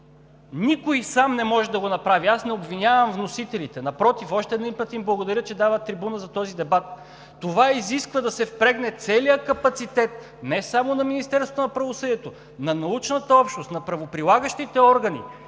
Никой сам не може да го направи. Аз не обвинявам вносителите. Напротив, още един път им благодаря, че дават трибуна за този дебат. Това изисква да се впрегне целият капацитет не само на Министерството на правосъдието, а на научната общност, на правоприлагащите органи